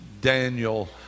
Daniel